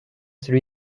celui